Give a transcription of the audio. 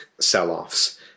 sell-offs